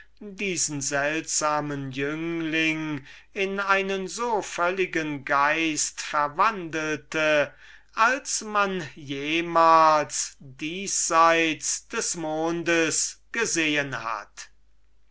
diesen seltsamen jüngling in einen so völligen geist verwandelte als man jemals diesseits und vielleicht auch jenseits des mondes gesehen hat